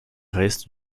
reste